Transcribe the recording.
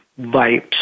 Vibes